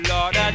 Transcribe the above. Lord